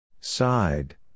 Side